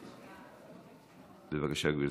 בבקשה, גברתי.